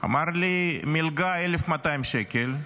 אמר לי: מלגה 1,200 שקל.